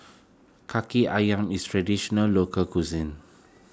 Kaki Ayam is Traditional Local Cuisine